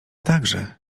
także